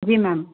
जी ma'am